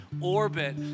orbit